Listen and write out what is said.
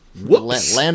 whoops